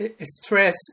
stress